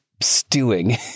stewing